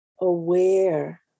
aware